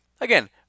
again